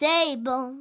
Table